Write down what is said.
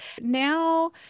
Now